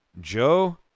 Joe